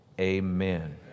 amen